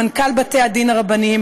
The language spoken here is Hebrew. למנכ"ל בתי-הדין הרבניים,